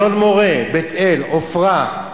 אלון-מורה, בית-אל, עופרה,